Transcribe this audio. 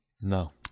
No